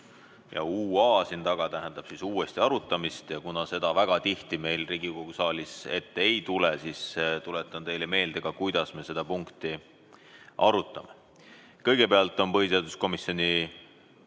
"UA" siin taga tähendab uuesti arutamist. Kuna seda meil väga tihti siin Riigikogu saalis ette ei tule, tuletan teile meelde, kuidas me seda punkti arutame. Kõigepealt on põhiseaduskomisjoni